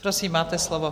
Prosím, máte slovo.